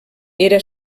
era